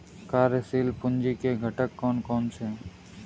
कार्यशील पूंजी के घटक कौन कौन से हैं?